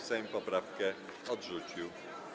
Sejm poprawkę odrzucił.